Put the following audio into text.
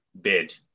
Bid